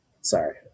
Sorry